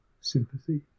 sympathy